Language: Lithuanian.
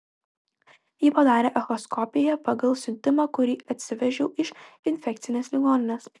ji padarė echoskopiją pagal siuntimą kurį atsivežiau iš infekcinės ligoninės